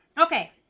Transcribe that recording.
okay